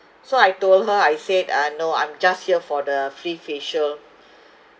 so I told her I said uh no I'm just here for the free facial